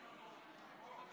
אם